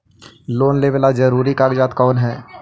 Loan लेब ला जरूरी कागजात कोन है?